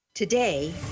Today